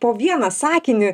po vieną sakinį